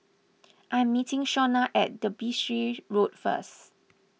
I am meeting Shawna at Derbyshire Road first